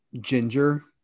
ginger